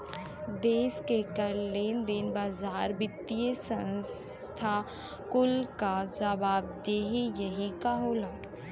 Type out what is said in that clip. देस के कर, लेन देन, बाजार, वित्तिय संस्था कुल क जवाबदेही यही क होला